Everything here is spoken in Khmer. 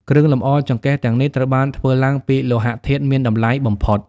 គ្រឿងលម្អចង្កេះទាំងនេះត្រូវបានធ្វើឡើងពីលោហៈធាតុមានតម្លៃបំផុត។